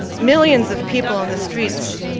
millions of people on the streets,